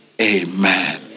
Amen